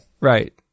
Right